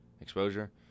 exposure